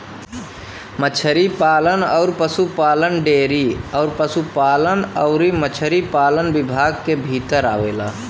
मछरी पालन अउर पसुपालन डेयरी अउर पसुपालन अउरी मछरी पालन विभाग के भीतर आवेला